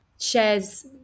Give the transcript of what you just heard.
shares